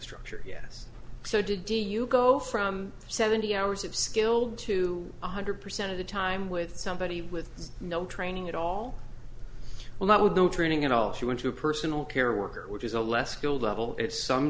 structure yes so did do you go from seventy hours of skilled to one hundred percent of the time with somebody with no training at all well what would the training at all she went to a personal care worker which is a less skilled level it's some